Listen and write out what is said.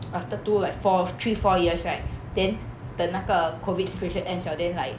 after two like four three four years right then 等那个 COVID situation end liao then like